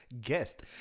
guest